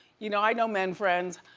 you know, i know men friends,